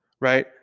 right